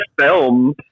film